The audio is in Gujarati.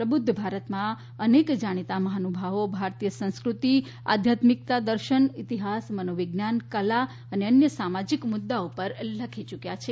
પ્રબુધ્ધ ભારતમાં અનેક જાણીતા મહાનુભાવો ભારતીય સંસ્ક્રતિ આધ્યાત્મિકતા દર્શન ઇતિહાસ મનોવિજ્ઞાન કલા અને અન્ય સામાજીક મુદ્દાઓ પર લખી યૂક્યા છે